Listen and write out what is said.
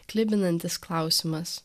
klibinantis klausimas